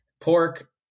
Pork